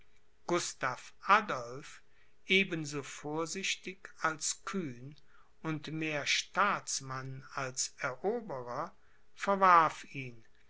gustav adolph eben so vorsichtig als kühn und mehr staatsmann als eroberer verwarf ihn